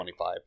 25